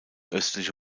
östliche